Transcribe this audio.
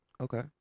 Okay